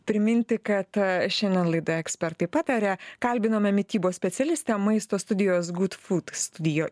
priminti kad šiandien laidoje ekspertai pataria kalbinome mitybos specialistę maisto studijos gut fut studio